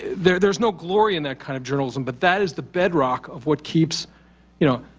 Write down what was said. there, there's no glory in that kind of journalism, but that is the bedrock of what keeps you know,